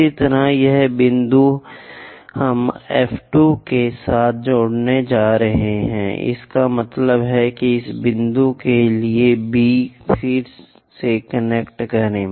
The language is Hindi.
इसी तरह यह बिंदु हम एफ 2 के साथ जुड़ने जा रहे हैं इसका मतलब है कि इस बिंदु के लिए बी फिर से कनेक्ट करें